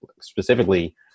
specifically